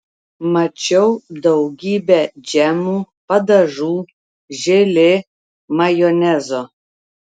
mačiau daugybę džemų padažų želė majonezo